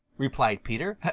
replied peter.